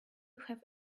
have